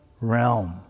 realm